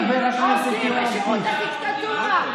עובדים בשירות הדיקטטורה.